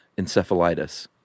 encephalitis